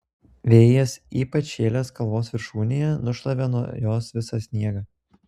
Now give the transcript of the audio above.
vėjas ypač šėlęs kalvos viršūnėje nušlavė nuo jos visą sniegą